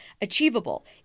Achievable